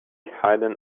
hidden